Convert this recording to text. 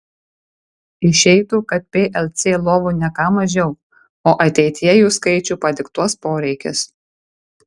išeitų kad plc lovų ne ką mažiau o ateityje jų skaičių padiktuos poreikis